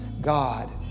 God